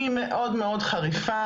היא מאוד חריפה.